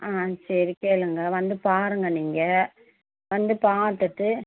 ஆ சரி கேளுங்கள் வந்து பாருங்கள் நீங்கள் வந்து பார்த்துட்டு